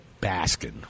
Baskin